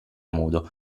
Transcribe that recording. modo